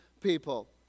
people